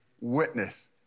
witness